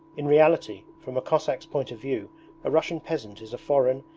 in reality, from a cossack's point of view a russian peasant is a foreign,